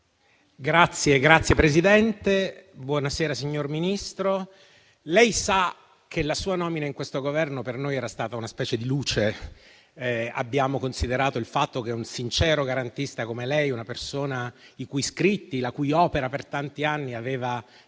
finestra") *(IV-C-RE)*. Signora Ministro, lei sa che la sua nomina in questo Governo per noi era stata una specie di luce, abbiamo ritenuto il fatto che un sincero garantista come lei, una persona i cui scritti e la cui opera per tanti anni aveva